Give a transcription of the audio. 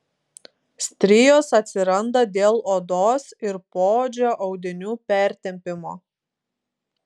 strijos atsiranda dėl odos ir poodžio audinių pertempimo